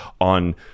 on